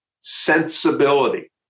sensibility